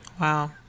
Wow